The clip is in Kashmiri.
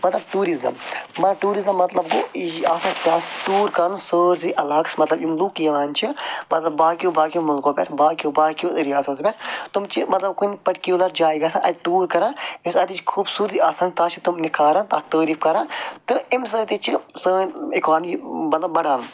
مطلب ٹیٛوٗرِزٕم مگر ٹیٛوٗرِزٕم مطلب گوٚو یہِ آسہِ اَتھ آسہِ پیٚوان ٹیٛوٗر کَرُن سٲرسٕے علاقَس مطلب یِم لوٗکھ یِوان چھِ مطلب باقٕیو باقٕیو مُلکو پٮ۪ٹھ باقٕیو باقٕیو رِیاستو پٮ۪ٹھ تِم چھِ مطلب کُنہِ پٔرٹِکیٛوٗلَر جایہِ گژھان اَتہِ ٹیٛوٗر کران یۄس اَتِچۍ خوٗبصوٗرتی آسان تَتھ چھِ تِم نِکھاران تَتھ تٔعریٖف کران تہٕ اَمہِ سۭتۍ تہِ چھِ سٲنۍ اِکانمی مطلب بڑھان